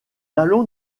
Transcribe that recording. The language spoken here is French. allons